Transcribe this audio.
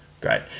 Great